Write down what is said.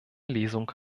lesung